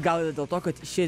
gal dėl to kad ši